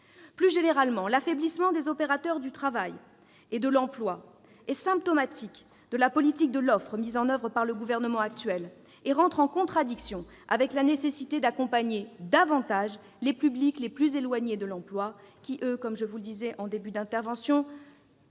Plus généralement, l'affaiblissement des opérateurs du travail et de l'emploi est symptomatique de la politique de l'offre mise en oeuvre par le gouvernement actuel et entre en contradiction avec la nécessité d'accompagner davantage les publics les plus éloignés de l'emploi, dont le nombre augmente et dont la situation